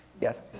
Yes